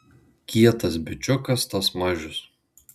kietas bičiukas tas mažius